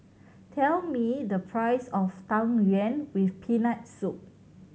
tell me the price of Tang Yuen with Peanut Soup